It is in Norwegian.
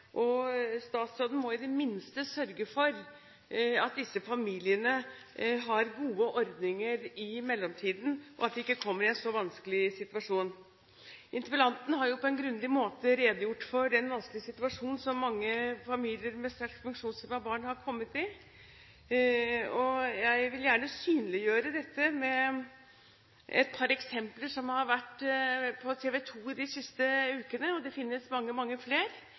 Statsråden må i det minste sørge for at disse familiene har gode ordninger i mellomtiden, og at de ikke kommer i en så vanskelig situasjon. Interpellanten har på en grundig måte redegjort for den vanskelige situasjonen som mange familier med sterkt funksjonshemmede barn har kommet i. Jeg vil gjerne synliggjøre dette med et par eksempler som har vært på TV 2 de siste ukene, og det finnes mange, mange flere.